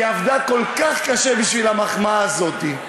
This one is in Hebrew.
היא עבדה כל כך קשה בשביל המחמאה הזאת.